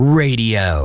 radio